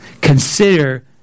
Consider